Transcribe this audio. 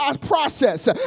process